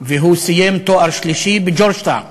והוא סיים תואר שלישי בג'ורג'טאון.